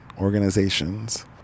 organizations